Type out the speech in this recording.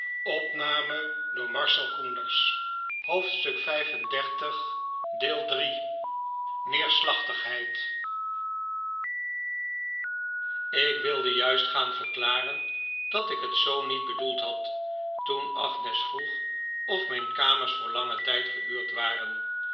ik wilde juist verklaren dat ik het zoc niet bedoeld had toen agnes vroeg of mijn kamers voor langen tijd gehuurd waren